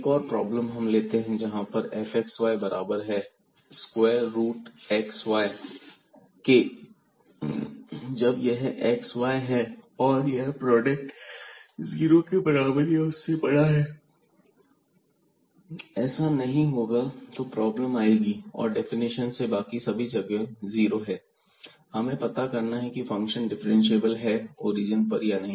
एक और प्रॉब्लम हम लेते हैं जहां पर fxy बराबर है स्क्वायर रूट xy के जब यह xy है और यह प्रोडक्ट जीरो के बराबर या उससे बड़ा है ऐसा नहीं होगा तो प्रॉब्लम आएगी और डेफिनेशन से बाकी सभी जगह जीरो है हमें पता करना है की फंक्शन डिफ्रेंशिएबल है ओरिजन पर या नहीं